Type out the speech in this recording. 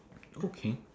okay